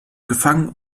gefangen